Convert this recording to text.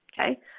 Okay